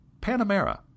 Panamera